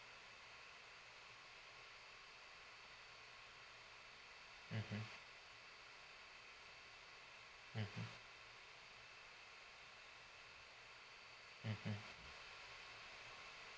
mmhmm mmhmm mmhmm